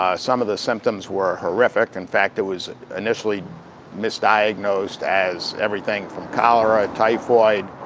ah some of the symptoms were horrific. in fact, it was initially misdiagnosed as everything from cholera, typhoid,